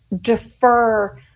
defer